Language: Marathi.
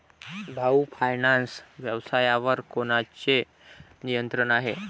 भाऊ फायनान्स व्यवसायावर कोणाचे नियंत्रण आहे?